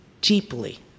deeply